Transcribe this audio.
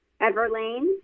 Everlane